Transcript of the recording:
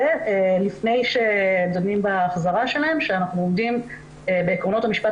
לפני שדנים בהחזרה שלהן צריך לוודא שאנחנו עומדים בעקרונות המשפט